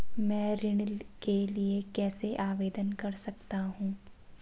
मैं ऋण के लिए कैसे आवेदन कर सकता हूं?